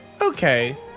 Okay